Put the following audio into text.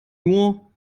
nur